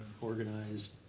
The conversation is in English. organized